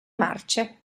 marce